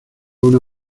una